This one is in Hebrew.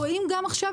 את אותם סטנדרטים?